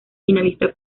finalista